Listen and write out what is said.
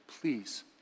Please